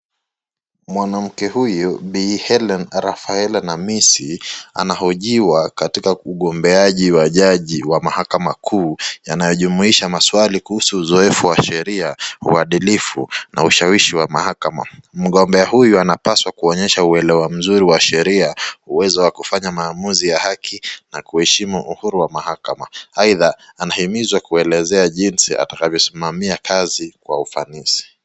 Mwanamke huyu Bi. Hellen Rafaela Namisi anahojiwa katika ugombeaji wa jaji wa mahakama kuu yanayojumuisha maswali kuhusu uzoefu wa sheria, uhadilifu, na ushawishi wa mahakama. Mgombea huyu anapaswa kuonyesha uelewa mzuri wa sheria, uwezo wa kufanya maamuzi ya haki na kuheshimu uhuru wa mahakama aidha anahimizwa kuelezea jinsi atakavyo simamia kazi kwa ufanisi.